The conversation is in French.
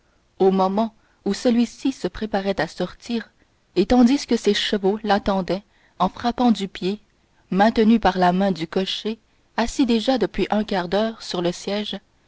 au moment où celui-ci se préparait à sortir et tandis que ses chevaux l'attendaient en frappant du pied maintenus par la main du cocher assis déjà depuis un quart d'heure sur le siège